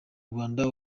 rwanda